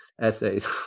essays